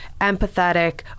empathetic